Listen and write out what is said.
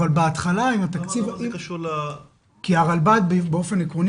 אבל בהתחלה --- למה זה קשור --- באופן עקרוני